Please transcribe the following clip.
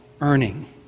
earning